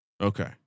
Okay